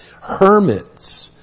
hermits